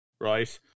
right